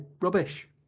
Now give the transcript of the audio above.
rubbish